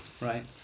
right